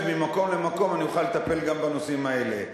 ממקום למקום אני אוכל לטפל גם בנושאים האלה.